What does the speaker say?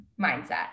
mindset